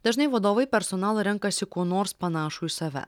dažnai vadovai personalą renkasi kuo nors panašų į save